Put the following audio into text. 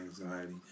anxiety